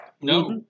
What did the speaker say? No